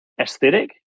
aesthetic